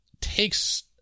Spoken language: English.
takes